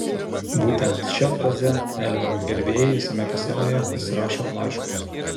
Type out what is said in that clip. būtent šia fraze elvio gerbėjai visame pasaulyje pasirašo laiškus